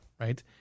right